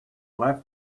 left